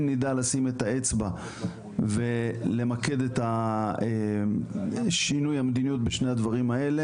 אם נדע לשים את האצבע ולמקד את שינוי המדיניות בשני הדברים האלה,